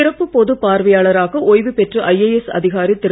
சிறப்பு பொது பார்வையாளராக ஒய்வு பெற்ற ஐஏஎஸ் அதிகாரி திரு